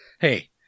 Hey